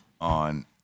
on